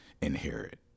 inherit